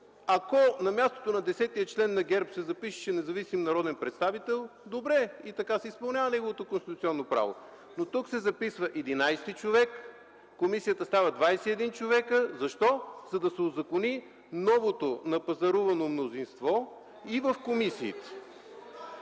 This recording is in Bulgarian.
и на мястото на 10-ия член от ГЕРБ се запишеше независим народен представител, добре – така се изпълнява неговото конституционно право. Тук обаче се записва 11-и човек, комисията става 21 човека, защо?! – за да се узакони новото напазарувано мнозинство и в комисиите.